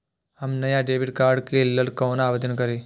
हम नया debit card के लल कौना आवेदन करि?